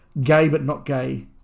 gay-but-not-gay